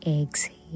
Exhale